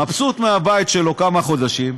מבסוט מהבית שלו כמה חודשים,